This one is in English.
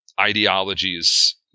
ideologies